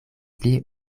pli